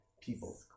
people